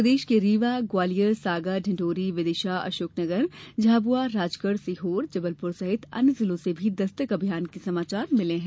प्रदेश के रीवा ग्वालियर सागर डिण्डोरी विदिशा अशोकनगर झाबुआ राजगढ़ सीहोर जबलपुर सहित अन्य जिलों से भी दस्तक अभियान के समाचार मिले हैं